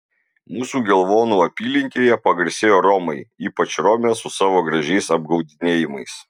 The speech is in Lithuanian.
mūsų gelvonų apylinkėje pagarsėjo romai ypač romės su savo gražiais apgaudinėjimais